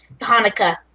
Hanukkah